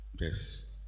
Yes